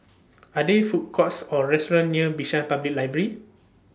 Are There Food Courts Or restaurants near Bishan Public Library